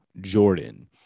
Jordan